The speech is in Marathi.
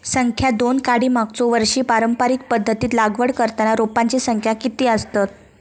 संख्या दोन काडी मागचो वर्षी पारंपरिक पध्दतीत लागवड करताना रोपांची संख्या किती आसतत?